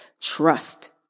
trust